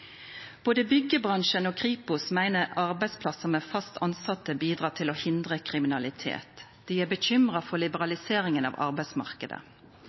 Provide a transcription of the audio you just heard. både byggjebransjen og Kripos at dei meiner arbeidsplassar med fast tilsette bidrar til å hindre kriminalitet. Dei er uroa over liberaliseringa av